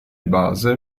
base